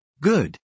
Good